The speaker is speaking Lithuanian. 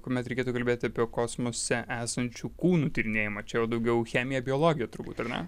kuomet reikėtų kalbėti apie kosmose esančių kūnų tyrinėjimą čia jau daugiau chemija ir biologija turbūt ar ne